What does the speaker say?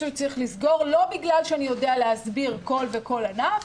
לא בגלל שאני יודע להסביר כל ענף וענף,